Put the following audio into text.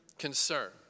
concern